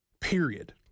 period